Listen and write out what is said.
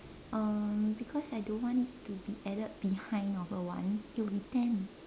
um because I don't want it to be added behind of a one it will be ten